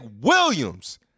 Williams